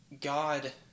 God